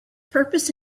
purpose